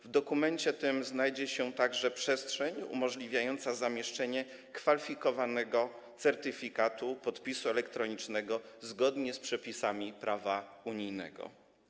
W dokumencie tym znajdzie się także przestrzeń umożliwiająca zamieszczenie kwalifikowanego certyfikatu podpisu elektronicznego zgodnie z przepisami prawa unijnego.